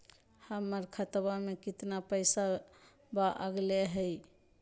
हमर खतवा में कितना पैसवा अगले हई?